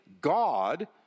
God